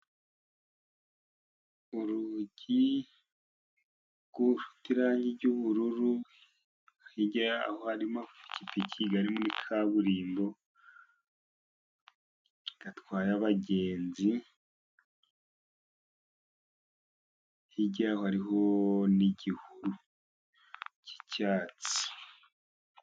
Urugi rufite irangi ry'ubururu, hirya yaho harimo amapikipiki ari muri kaburimbo atwaye abagenzi, hirya yaho hariho n'igihu cy'icyatsi.